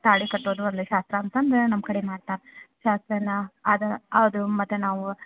ತಾಳಿಕಟ್ಟೋದು ಒಂದು ಶಾಸ್ತ್ರ ಅಂತಂದ್ರೆ ನಮ್ಮ ಕಡೆ ಮಾಡ್ತಾರೆ ಶಾಸ್ತ್ರ ಎಲ್ಲ ಆದು ಅದು ಮತ್ತೆ ನಾವು